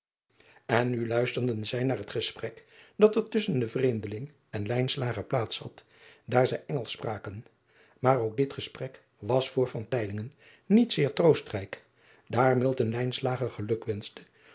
n nu luisterden zij naar het gesprek dat er tusschen den vreemdeling en plaats had daar zij ngelsch spraken maar ook dit gesprek was voor niet zeer troostrijk daar geluk wenschte